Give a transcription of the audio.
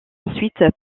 ensuite